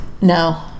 no